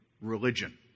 religion